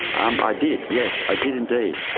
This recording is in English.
um i did, yes, i did indeed.